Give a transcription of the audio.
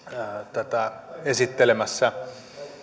tätä esittelemässä